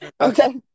Okay